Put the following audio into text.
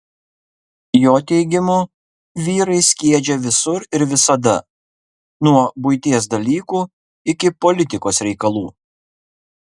jo teigimu vyrai skiedžia visur ir visada nuo buities dalykų iki politikos reikalų